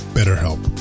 BetterHelp